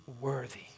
worthy